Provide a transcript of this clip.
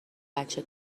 بچه